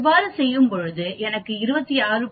இவ்வாறு செய்யும்பொழுது எனக்கு 26